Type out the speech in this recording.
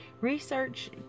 research